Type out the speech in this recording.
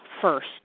first